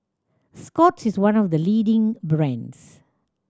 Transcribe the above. Scott's is one of the leading brands